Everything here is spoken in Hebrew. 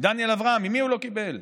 מדניאל אברהם, ממי הוא לא קיבל?